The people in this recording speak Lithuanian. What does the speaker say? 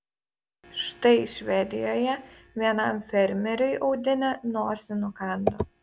štai švedijoje vienam fermeriui audinė nosį nukando